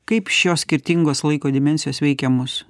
kaip šios skirtingos laiko dimensijos veikiamos